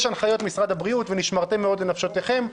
יש הנחיות משרד הבריאות "ונשמרתם מאוד לנפשותיכם".